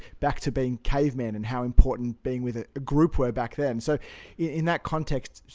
back to being cavemen, and how important being with a group were back then. so in that context,